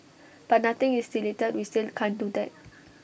but nothing is deleted we still can't do that